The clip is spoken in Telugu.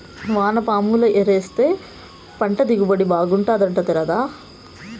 వానపాముల ఎరువేస్తే పంట దిగుబడి బాగుంటాదట తేరాదా